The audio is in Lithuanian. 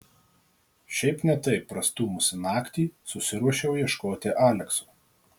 šiaip ne taip prastūmusi naktį susiruošiau ieškoti alekso